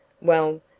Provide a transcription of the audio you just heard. well,